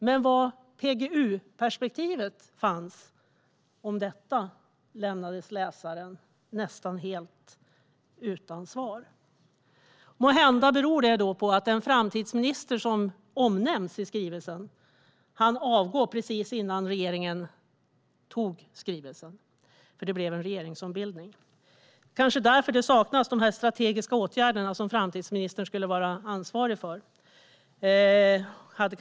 Men när det gäller PGU-perspektivet lämnas läsaren nästan helt utan svar. Måhända beror detta på att den framtidsminister som omnämns i skrivelsen hann avgå precis innan regeringen antog den. Det blev en regeringsombildning, och kanske är det därför som de strategiska åtgärder som framtidsministern skulle vara ansvarig för saknas.